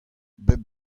bep